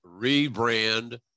rebrand